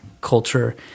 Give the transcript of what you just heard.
culture